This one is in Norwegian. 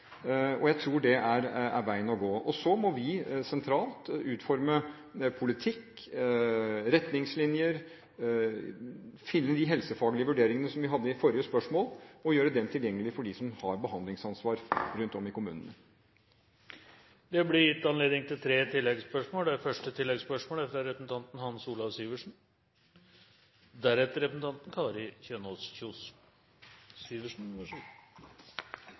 Jeg tror det er veien å gå. Så må vi sentralt utforme politikk, retningslinjer, finne de helsefaglige vurderingene – som ble nevnt i forrige spørsmål – og gjøre dette tilgjengelig for dem som har behandlingsansvar rundt om i kommunene. Det blir gitt anledning til tre oppfølgingsspørsmål – først fra representanten Hans Olav Syversen.